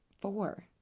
four